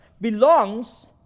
belongs